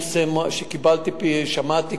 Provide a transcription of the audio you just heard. ששמעתי,